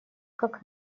как